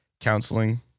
counseling